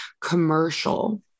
commercial